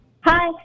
Hi